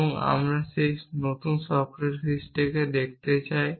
এবং আমরা সেই নশ্বর সক্রেটিককে দেখাতে চাই